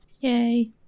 Yay